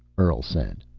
earl said.